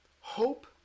Hope